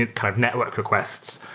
and kind of network requests,